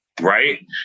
right